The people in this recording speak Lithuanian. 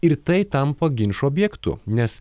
ir tai tampa ginčų objektu nes